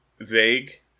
vague